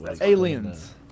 Aliens